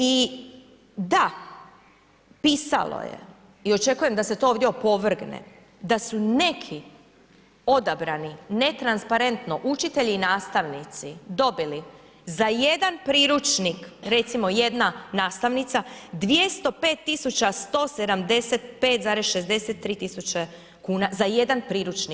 I da, pisalo je i očekujem da se to ovdje opovrgne da su neki odabrani netransparentno učitelji i nastavnici dobili za jedan priručnik, recimo jedna nastavnica 205.175,63 kuna za jedan priručnik.